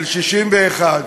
של 61,